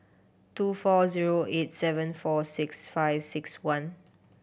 two four zero eight seven four six five six one